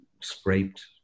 scraped